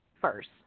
first